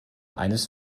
eines